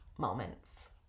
moments